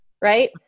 right